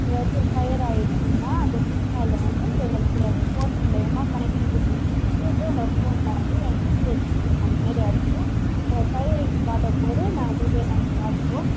ஏதாச்சும் ஃபயர் ஆயிடுச்சுன்னால் அந்த ஸிக்னலில் வந்து எங்களுக்கு அந்த ஃபோன் மூலயமா கனெக்ட்டிங் கொடுத்து வச்சுருக்கும்போது அந்த ஃபோனில் வந்து எங்களுக்கு எச்சரிக்கை மணி மாரி அடிச்சுரும் அந்த ஃபயரிங் காட்டும்போது நாங்கள் போய்விட்டு என்னான்ட்டு பார்த்துப்போம்